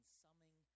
summing